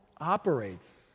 operates